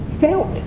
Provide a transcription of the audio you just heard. felt